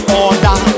order